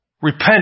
Repent